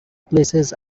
places